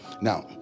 Now